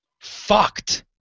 Fucked